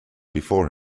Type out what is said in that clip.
before